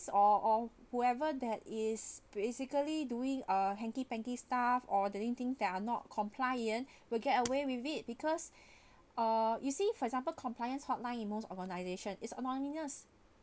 or or whoever that is basically doing uh hankey pankey stuff or the thing thing that are not compliance will get away with it because uh you see for example compliance hotline in most organization is anonymous